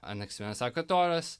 anaksime sako toras